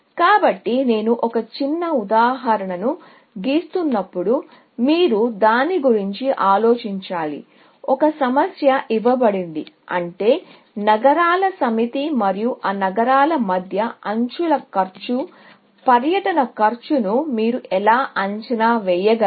కాబట్టి నేను ఒక చిన్న ఉదాహరణను గీస్తున్నప్పుడు మీరు దాని గురించి ఆలోచించాలి ఒక సమస్య ఇవ్వబడింది అంటే నగరాల సెట్ మరియు ఆ నగరాల మధ్య ఎడ్జ్ ల కాస్ట్ ఇతర పర్యటన కాస్ట్ను మీరు ఎలా అంచనా వేయగలరు